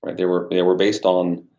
they were they were based on